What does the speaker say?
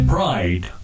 Pride